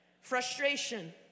Frustration